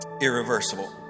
irreversible